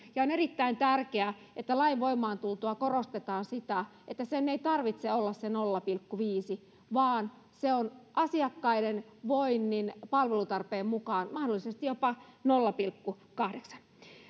on erittäin tärkeää että lain voimaan tultua korostetaan sitä että sen ei tarvitse olla se nolla pilkku viiden vaan se on asiakkaiden voinnin palvelutarpeen mukaan mahdollisesti jopa nolla pilkku kahdeksan